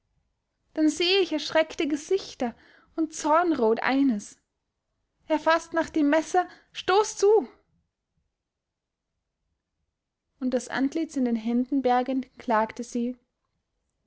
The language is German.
dann sehe ich erschreckte gesichter und zornrot eines er faßt nach dem messer stoß zu und das antlitz in den händen bergend klagte sie